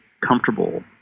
comfortable